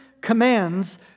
commands